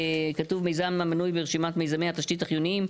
כתוב מיזם המנוי ברשימת מזימי התשתית החיוניים,